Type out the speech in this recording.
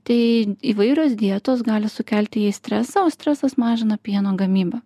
tai įvairios dietos gali sukelti jai stresą o stresas mažina pieno gamybą